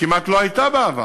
שכמעט לא הייתה בעבר.